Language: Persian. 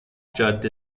جاده